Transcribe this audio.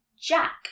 Jack